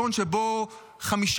אסון שבו 5